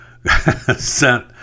sent